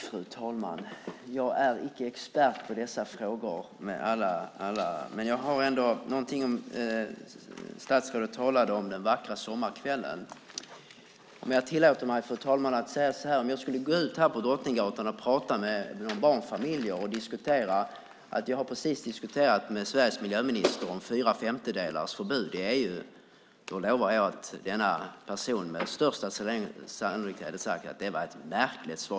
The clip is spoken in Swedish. Fru talman! Jag är icke expert på dessa frågor. Statsrådet har tidigare talat om den vackra sommarkvällen. Jag får kanske, fru talman, tillåta mig att säga följande. Om jag skulle gå ut på Drottninggatan och prata med barnfamiljer och säga att jag precis har diskuterat med Sveriges miljöminister om fyra femtedelars förbud i EU skulle man - det lovar jag - med största sannolikhet säga: Det var ett märkligt svar.